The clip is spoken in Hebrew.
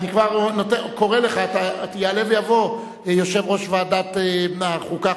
יעלה ויבוא יושב-ראש ועדת החוקה,